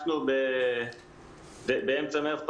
באמצע מרץ,